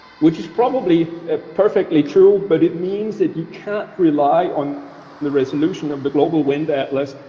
which is probably ah perfectly true, but it means that you can't rely on the resolution of the global wind atlas.